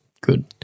Good